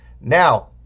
Now